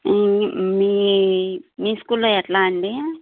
మీ మీ స్కూల్లో ఎట్లా అండి